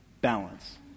Balance